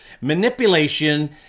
Manipulation